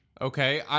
Okay